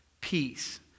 peace